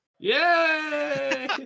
Yay